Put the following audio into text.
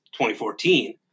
2014